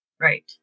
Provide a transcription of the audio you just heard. Right